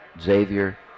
Xavier